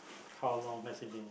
how long has it been